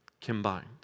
combined